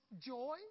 joy